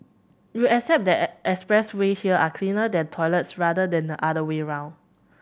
you accept that expressway here are cleaner than toilets rather than the other way around